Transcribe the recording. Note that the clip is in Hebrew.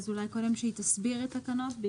אולי קודם חוה תסביר את התקנות.